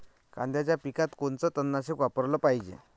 कांद्याच्या पिकात कोनचं तननाशक वापराले पायजे?